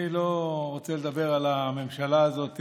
אני לא רוצה לדבר על הממשלה הזאת.